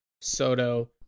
Soto